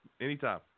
Anytime